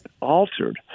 altered